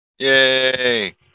Yay